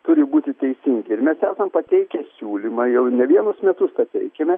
turi būti teisingi ir mes esam pateikę siūlymą jau ne vienus metus pateikiame